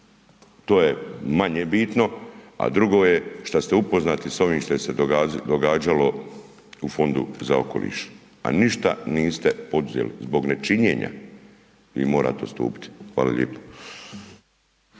to je manje bitno, a drugo je što ste upoznati s ovim što je se događalo u Fondu za okoliš, a niste ništa poduzeli, zbog nečinjena vi morate odstupiti. Hvala lijepa.